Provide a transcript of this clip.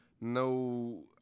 No